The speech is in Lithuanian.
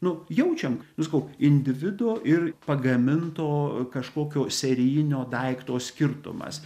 nu jaučiam nu sakau individo ir pagaminto kažkokio serijinio daikto skirtumas